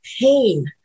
pain